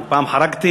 אני הפעם חרגתי,